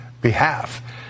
behalf